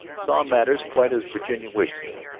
saw matters quite as virginia wished him.